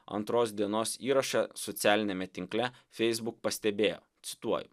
antros dienos įrašą socialiniame tinkle facebook pastebėjo cituoju